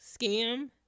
Scam